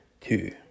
two